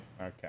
okay